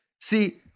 See